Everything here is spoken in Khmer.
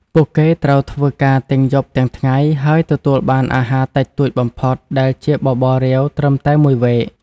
ពួកគេត្រូវធ្វើការទាំងយប់ទាំងថ្ងៃ ហើយទទួលបានអាហារតិចតួចបំផុតដែលជាបបររាវត្រឹមតែ១វែក។